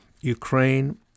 Ukraine